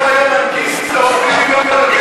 אם הוא היה, אני אמתין.